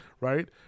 right